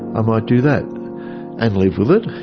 i might do that and live with it,